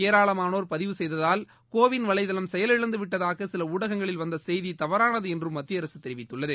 ஏராளமானோர் பதிவு செய்ததால் கோ வின் வலைதளம் செயலிழந்துவிட்டதாக சில ஊடகங்களில் வந்த செய்தி தவறானது என்றும் மத்திய அரசு தெரிவித்துள்ளது